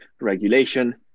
regulation